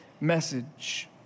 message